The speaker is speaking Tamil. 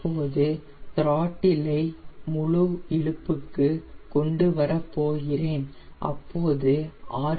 இப்போது துராட்டில் ஐ முழு இழுப்புக்கு கொண்டு வரபோகிறேன் அப்போது ஆர்